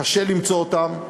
קשה למצוא אותן,